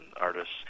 artists